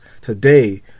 today